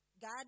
God